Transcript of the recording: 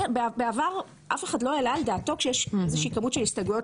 בעבר אף אחד לא העלה על דעתו שכשיש איזושהי כמות של הסתייגויות,